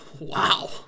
Wow